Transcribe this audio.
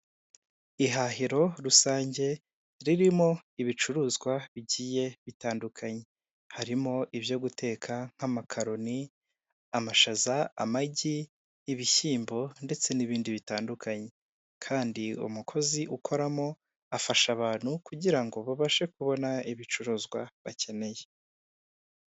Ihahiro rusange ririmo ibicuruzwa bigiye bitandukanye harimo ibyo guteka nk'amakaroni, amashaza, amagi, ibishyimbo ndetse n'ibindi bitandukanye kandi umukozi ukoramo afasha abantu kugira babashe kubona ibicuruzwa bakeneye.